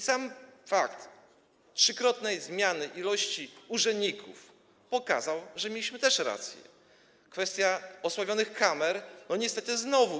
Sam fakt trzykrotnej zmiany liczby urzędników pokazał, że mieliśmy rację, kwestia osławionych kamer - niestety znowu.